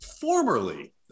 formerly